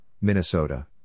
Minnesota